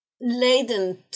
laden